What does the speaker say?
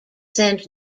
sent